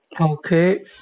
Okay